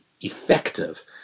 effective